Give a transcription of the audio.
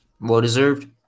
Well-deserved